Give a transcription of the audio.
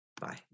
Bye